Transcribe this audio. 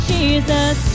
Jesus